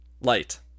Light